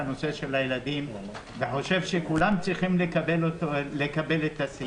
הנושא של הילדים ופועל לכך שכולם יקבלו את אותו הסיוע.